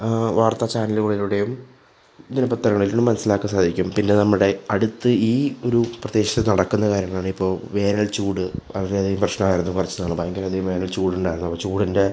വാർത്താ ചാനലുകളിലൂടെയും ദിനപത്രങ്ങളിൽ നിന്നും മനസ്സിലാക്കാൻ സഹായിക്കും പിന്നെ നമ്മുടെ അടുത്ത് ഈ ഒരു പ്രത്യേകിച്ച് നടക്കുന്ന കാര്യമാണ് ഇപ്പോൾ വേനൽചൂട് വളരെ അധികം പ്രശ്നമായിരുന്നു കുറച്ച് നാൾ ഭയങ്കരം അധികം വേനൽ ചൂടുണ്ടായിരുന്നു ചൂടിൻ്റെ